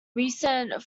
recent